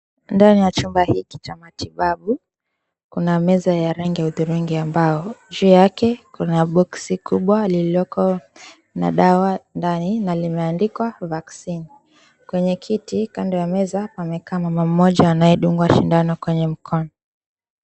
Ndani ya chumba hiki cha matibabu kuna meza ya rangi ya udhurungi ambayo juu yake kuna boksi kubwa lililo na dawa ndani na limeandikwa Vaccine. Kwenye kiti kando ya meza pamekaa mama mmoja anayedungwa sindano kwenye mkono.